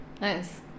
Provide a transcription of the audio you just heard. Nice